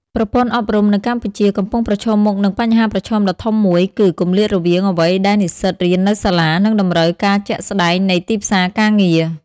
ប្រព័ន្ធអប់រំនៅកម្ពុជាកំពុងប្រឈមមុខនឹងបញ្ហាប្រឈមដ៏ធំមួយ គឺ គម្លាតរវាងអ្វីដែលនិស្សិតរៀននៅសាលា និងតម្រូវការជាក់ស្តែងនៃទីផ្សារការងារ។